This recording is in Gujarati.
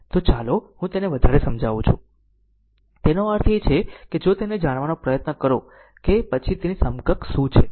તો ચાલો હું તેને વધારે સમજાવું છું તેનો અર્થ એ છે કે જો તે જાણવાનો પ્રયત્ન કરો કે પછી તેની સમકક્ષ શું છે